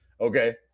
okay